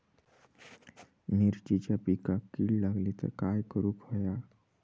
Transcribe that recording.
मिरचीच्या पिकांक कीड लागली तर काय करुक होया?